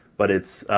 but it's,